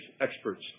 experts